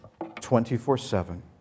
24-7